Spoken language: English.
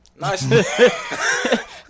Nice